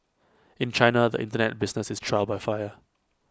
in China the Internet business is trial by fire